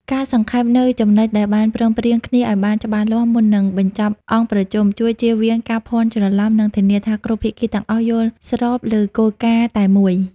ការសង្ខេបនូវចំណុចដែលបានព្រមព្រៀងគ្នាឱ្យបានច្បាស់លាស់មុននឹងបញ្ចប់អង្គប្រជុំ ជួយជៀសវាងការភាន់ច្រឡំ និងធានាថាគ្រប់ភាគីទាំងអស់យល់ស្របលើគោលការណ៍តែមួយ។